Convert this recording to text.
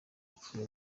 yapfuye